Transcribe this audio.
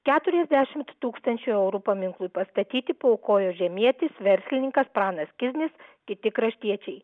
keturiasdešimt tūkstančių eurų paminklui pastatyti paaukojo žemietis verslininkas pranas kiznis kiti kraštiečiai